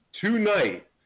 tonight